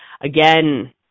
again